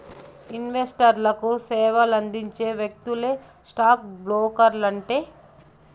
ఇన్వెస్టర్లకు సేవలందించే వ్యక్తులే స్టాక్ బ్రోకర్లంటే